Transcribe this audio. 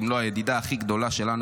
אם לא הידידה הכי גדולה שלנו,